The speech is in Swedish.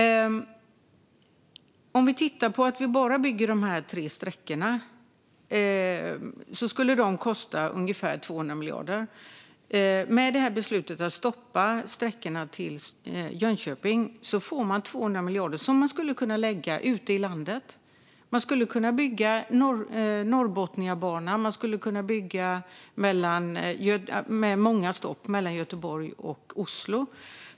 Om man bara skulle bygga de här tre sträckorna skulle det kosta ungefär 200 miljarder. Med beslutet att stoppa sträckorna till Jönköping får man 200 miljarder som skulle kunna läggas på att bygga ute i landet. Man skulle kunna bygga Norrbotniabanan och många stopp mellan Göteborg och Oslo.